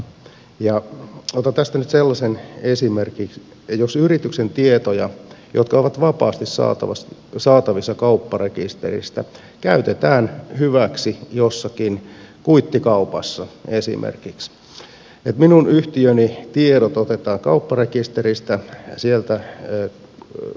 otan tästä nyt sellaisen esimerkin että jos yrityksen tietoja jotka ovat vapaasti saatavissa kaupparekisteristä käytetään hyväksi jossakin kuittikaupassa esimerkiksi eli jos minun yhtiöni tiedot otetaan kaupparekisteristä sieltä högt ö